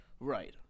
Right